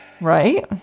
Right